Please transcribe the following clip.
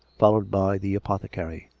followed by the apothecary.